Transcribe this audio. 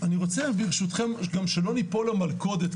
אני רוצה ברשותכם גם שלא ליפול למלכודת,